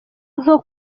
nko